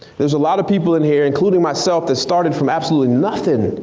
there's a lot of people in here, including myself that started from absolutely nothing.